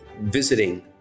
visiting